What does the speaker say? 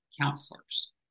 counselors